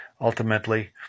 ultimately